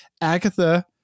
Agatha